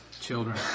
children